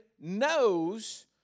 knows